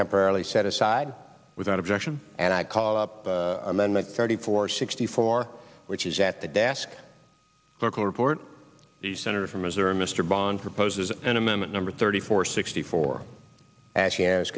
temporarily set aside without objection and i call up amendment thirty four sixty four which is at the desk for a report the senator from missouri mr bond proposes an amendment number thirty four sixty four as he as